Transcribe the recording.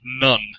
none